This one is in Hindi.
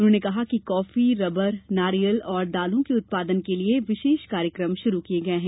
उन्होंने कहा कि कॉफी रबर नारियल और दालों के उत्पादन के लिए विशेष कार्यक्रम शुरू किए गए हैं